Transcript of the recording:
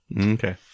Okay